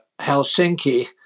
Helsinki